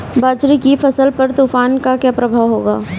बाजरे की फसल पर तूफान का क्या प्रभाव होगा?